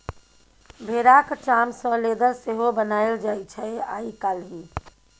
भेराक चाम सँ लेदर सेहो बनाएल जाइ छै आइ काल्हि